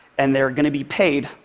and they're going to be paid,